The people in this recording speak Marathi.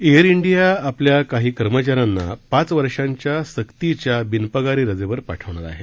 एअर डिया आपल्या काही कर्मचाऱ्यांना पाच वर्षांच्या सक्तीच्या बिनपगारी रजेवर पाठवणार आहे